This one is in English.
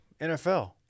NFL